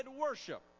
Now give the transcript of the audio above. worship